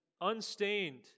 unstained